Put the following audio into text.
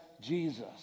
Jesus